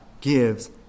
gives